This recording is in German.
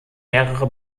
mehrere